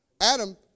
Adam